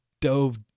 dove